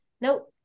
nope